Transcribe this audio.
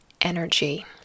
energy